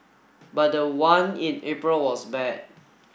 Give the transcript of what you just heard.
but the one in April was bad